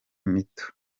mito